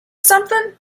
something